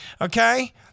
Okay